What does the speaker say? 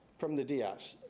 from the ds.